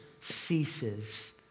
ceases